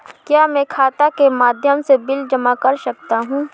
क्या मैं खाता के माध्यम से बिल जमा कर सकता हूँ?